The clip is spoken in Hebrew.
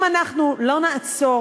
אם אנחנו לא נעצור